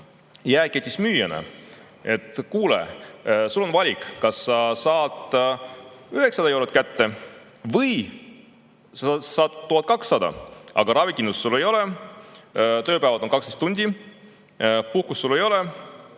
jaeketi müüjana. "Kuule, sul on valik, kas sa saad 900 eurot kätte või saad 1200 eurot, aga ravikindlustust sul ei ole, tööpäevad on 12 tundi, puhkust sul ei ole.